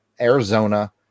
Arizona